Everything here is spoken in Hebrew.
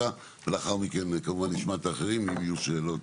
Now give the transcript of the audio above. לאחר מכן כמובן נשמע את האחרים, אם יהיו שאלות,